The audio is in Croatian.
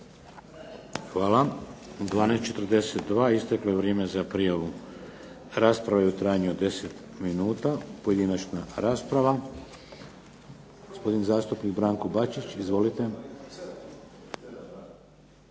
Hvala. U 12,42 isteklo je vrijeme za prijavu rasprave u trajanju 10 minuta. Pojedinačna rasprava, gospodin zastupnik Branko Bačić. Izvolite.